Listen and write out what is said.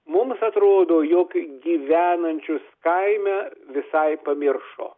mums atrodo jog gyvenančius kaime visai pamiršo